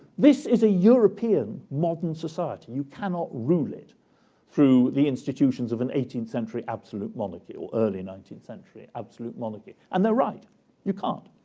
this is a european modern society. you cannot rule it through the institutions of an eighteenth century absolute monarchy or early nineteenth century absolute monarchy and they're right you can't.